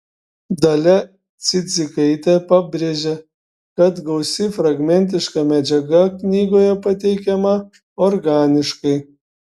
dalia cidzikaitė pabrėžė kad gausi fragmentiška medžiaga knygoje pateikiama organiškai